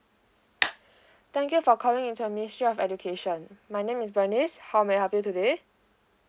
thank you for calling the ministry of education my name is bernice how may I help you today